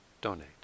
donate